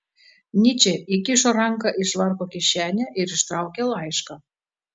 nyčė įkišo ranką į švarko kišenę ir ištraukė laišką